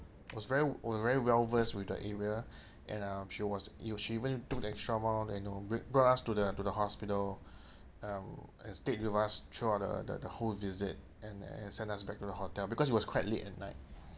was very was very well versed with the area and um she was you know she even took the extra mile you know bro~ brought us to the to the hospital um and stayed with us throughout the the the whole visit and and sent us back to the hotel because it was quite late at night